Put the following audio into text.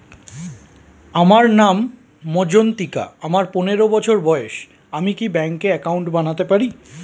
আমার নাম মজ্ঝন্তিকা, আমার পনেরো বছর বয়স, আমি কি ব্যঙ্কে একাউন্ট বানাতে পারি?